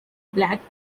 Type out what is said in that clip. black